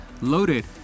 loaded